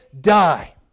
die